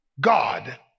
God